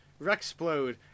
Rexplode